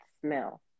smell